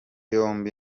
yombi